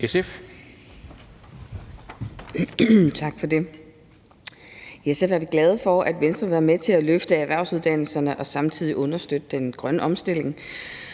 (SF): Tak for det. I SF er vi glade for, at Venstre vil være med til at løfte erhvervsuddannelserne og samtidig understøtte den grønne omstilling.